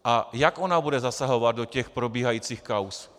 A jak ona bude zasahovat do těch probíhajících kauz?